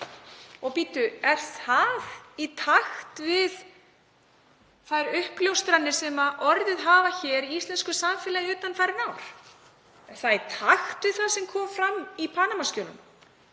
nú er. Er það í takt við þær uppljóstranir sem orðið hafa í íslensku samfélagi undanfarin ár? Er það í takt við það sem kom fram í Panama-skjölunum?